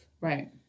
right